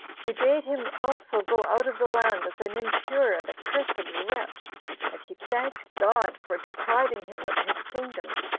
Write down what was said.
he bade him also go out of the land as an impure and accursed wretch and he thanked god for depriving him of his kingdom,